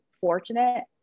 fortunate